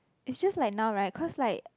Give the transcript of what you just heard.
it's just like now right cause like